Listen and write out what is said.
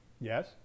Yes